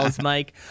Mike